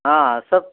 हाँ हाँ सब